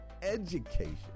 education